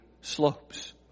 slopes